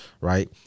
right